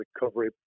recovery